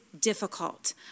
difficult